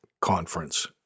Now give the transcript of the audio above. conference